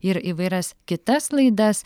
ir įvairias kitas laidas